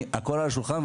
הכול על השולחן.